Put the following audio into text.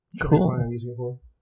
Cool